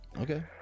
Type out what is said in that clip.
okay